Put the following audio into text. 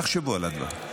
תחשבו על הדברים.